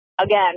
Again